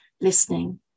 listening